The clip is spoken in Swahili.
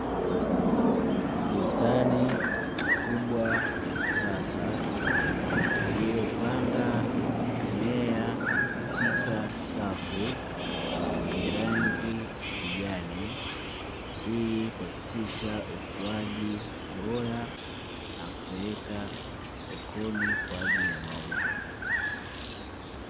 Bustani kubwa ya kisasa iliyopanga mimea katika safu yenye rangi ya kijani, ili kuhakikisha ukuaji bora na kupeleka sokoni kwa ajili ya mauzo.